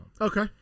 Okay